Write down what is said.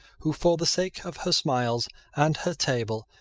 who, for the sake of her smiles and her table,